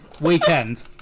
weekend